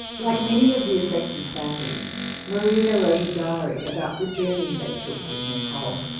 like many of the affected families marina wrote a diary about the journey they took with nichole.